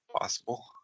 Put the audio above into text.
possible